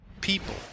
people